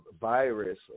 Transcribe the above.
virus